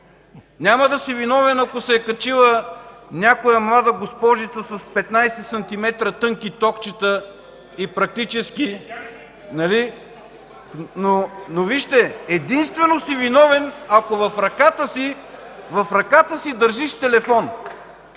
няма да си виновен, ако се е качила някоя млада госпожица с 15 сантиметра тънки токчета и практически... (Шум и реплики в ГЕРБ.) Единствено си виновен, ако в ръката си държиш телефон.